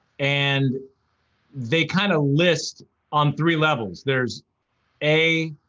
and they kind of list on three levels. there's a,